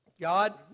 God